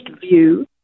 view